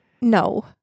No